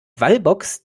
wallbox